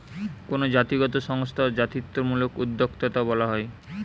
কোনো জাতিগত সংস্থা জাতিত্বমূলক উদ্যোক্তা বলা হয়